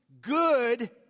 good